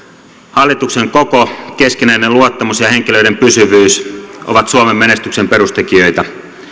hallituksen koko keskinäinen luottamus ja henkilöiden pysyvyys ovat suomen menestyksen perustekijöitä